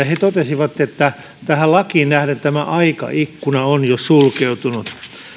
he totesivat että tähän lakiin nähden tämä aikaikkuna on jo sulkeutunut